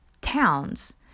towns